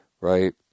right